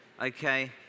okay